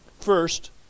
First